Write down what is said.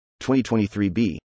2023b